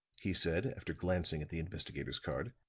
he said, after glancing at the investigator's card.